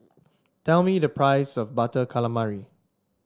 tell me the price of Butter Calamari